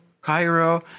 Cairo